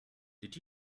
did